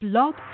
Blog